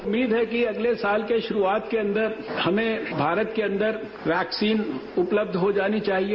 उम्मीद है कि अगले के शुरूआत के अंदर हमें भारत के अंदर वैक्सीन उपलब्ध हो जानी चाहिए